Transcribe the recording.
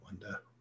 wonder